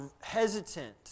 hesitant